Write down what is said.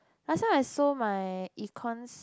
last time I sold my econs